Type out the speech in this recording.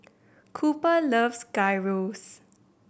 Cooper loves Gyros